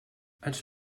ens